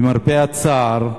למרבה הצער,